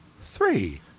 three